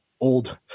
old